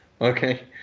Okay